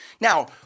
Now